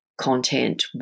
content